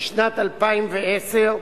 לשנת 2010,